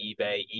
eBay